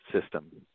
system